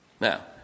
Now